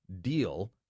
deal